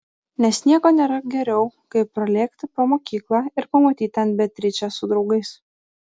nes nieko nėra geriau kaip pralėkti pro mokyklą ir pamatyti ten beatričę su draugais